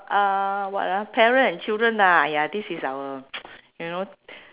uh what ah parent and children ah ya this is our you know